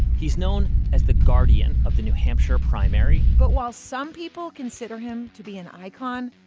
he's known as the guardian of the new hampshire primary. but while some people consider him to be an icon,